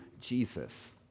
Jesus